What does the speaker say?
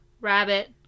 rabbit